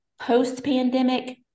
Post-pandemic